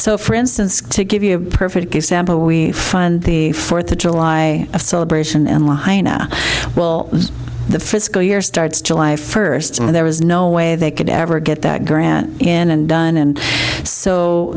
so for instance to give you a perfect example we find the fourth of july celebration and one high now well the fiscal year starts july first and there was no way they could ever get that grant in and done and so